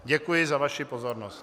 Děkuji za vaši pozornost.